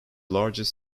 largest